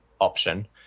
option